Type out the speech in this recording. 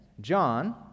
John